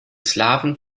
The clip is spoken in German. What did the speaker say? slawen